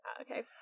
Okay